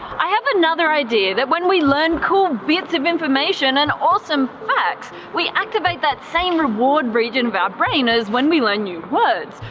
i have another idea that when we learn cool bits of information and awesome facts, we activate that same reward region of our brain as when we learn new words.